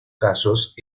casos